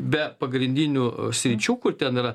be pagrindinių sričių kur ten yra